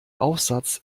aufsatz